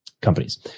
companies